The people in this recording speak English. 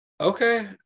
Okay